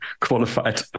qualified